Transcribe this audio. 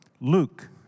Luke